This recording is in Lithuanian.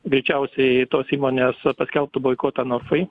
greičiausiai tos įmonės paskelbtų boikotą norfai